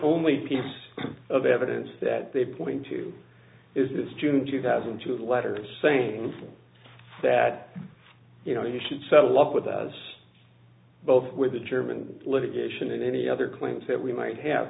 only piece of evidence that they point to is this june two thousand and two letters saying that you know you should settle up with us both with the german litigation and any other claims that we might have